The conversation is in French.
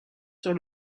sur